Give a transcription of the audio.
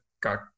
got